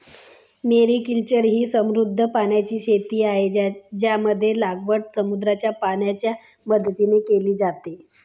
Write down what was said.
mariculture ही समुद्री पाण्याची शेती आहे, ज्यामध्ये लागवड समुद्राच्या पाण्याच्या मदतीने केली जाते